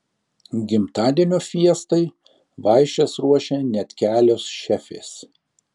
gimtadienio fiestai vaišes ruošė net kelios šefės